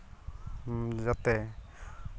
ᱡᱟᱛᱮ